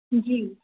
जी